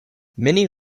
many